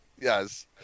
Yes